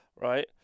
right